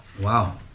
Wow